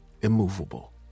immovable